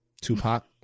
Tupac